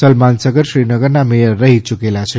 સલમાન સગર શ્રીનગરના મેયર રહી યૂકેલા છે